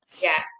Yes